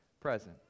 present